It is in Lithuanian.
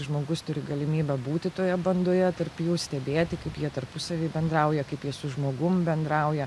žmogus turi galimybę būti toje bandoje tarp jų stebėti kaip jie tarpusavy bendrauja kaip jie su žmogum bendrauja